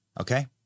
Okay